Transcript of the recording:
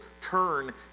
turn